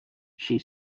she